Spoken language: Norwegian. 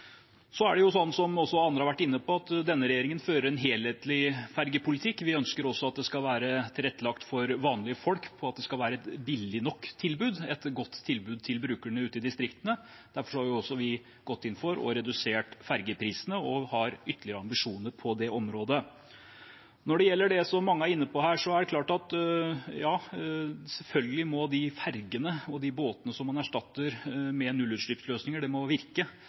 Så er det sånn, som også andre har vært inne på, at denne regjeringen fører en helhetlig fergepolitikk. Vi ønsker at tilbudet skal være tilrettelagt for vanlige folk, at det skal være et billig nok tilbud og et godt tilbud til brukerne ute i distriktene. Derfor har vi gått inn og redusert ferjeprisene, og vi har ytterligere ambisjoner på det området. Når det gjelder det som mange er inne på her, er det klart at de ferjene og båtene som man erstatter med nullutslippsløsninger, selvfølgelig må virke.